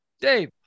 Dave